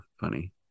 funny